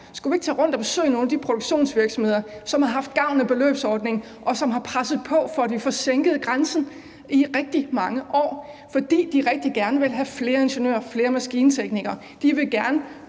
skulle vi ikke tage rundt og besøge nogle af de produktionsvirksomheder, som har haft gavn af beløbsordningen, og som har presset på for, at vi får sænket grænsen, i rigtig mange år, fordi de rigtig gerne vil have flere ingeniører og flere maskinteknikere? De vil gerne